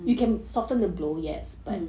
mmhmm mmhmm